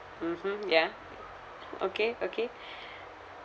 mmhmm ya okay okay